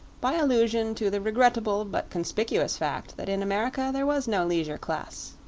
by allusion to the regrettable but conspicuous fact that in america there was no leisure class.